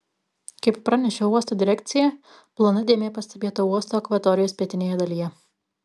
kaip pranešė uosto direkcija plona dėmė pastebėta uosto akvatorijos pietinėje dalyje